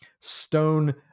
Stone